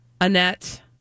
Annette